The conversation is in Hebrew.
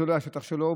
זה לא השטח שלו,